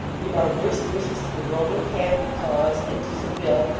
give our worst wishes to the roman catholic cause and to saville,